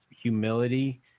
humility